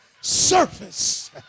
surface